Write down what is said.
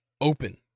open